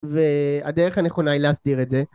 ו...הדרך הנכונה היא להסדיר את זה,